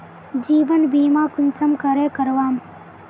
जीवन बीमा कुंसम करे करवाम?